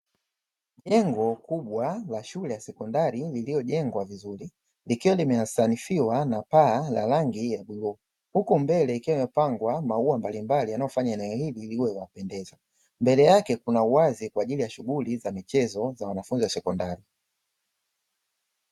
Jengo kubwa la shule ya sekondari lililojengwa vizuri huku mbele ikiwa imepangwa maua mbalimbali yanayofanyana ilimi liwe la kupendeza. Mbele yake kuna uwazi kwa ajili ya shughuli za michezo za wanafunzi wa sekondari